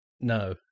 No